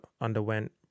underwent